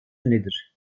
nedir